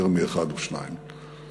יותר מאחד או שניים.